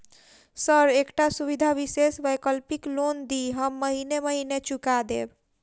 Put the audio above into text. Sir एकटा सुविधा विशेष वैकल्पिक लोन दिऽ हम महीने महीने चुका देब?